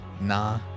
Nah